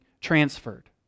transferred